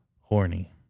horny